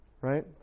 right